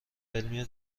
علمی